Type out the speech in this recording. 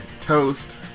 Toast